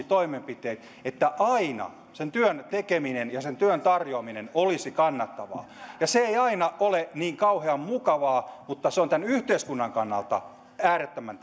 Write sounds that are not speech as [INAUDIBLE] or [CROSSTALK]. [UNINTELLIGIBLE] toimenpiteitä että aina sen työn tekeminen ja sen työn tarjoaminen olisi kannattavaa se ei aina ole niin kauhean mukavaa mutta se on tämän yhteiskunnan kannalta äärettömän [UNINTELLIGIBLE]